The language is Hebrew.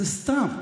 זה סתם.